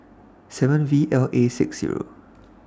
seven V L A six Zero